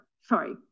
sorry